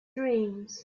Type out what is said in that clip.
dreams